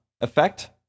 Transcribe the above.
effect